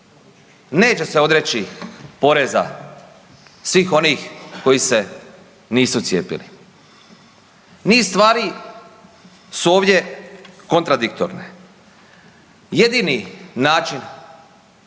Neće se odreći poreza svih onih koji se nisu cijepili. Niz stvari su ovdje kontradiktorne. Jedini način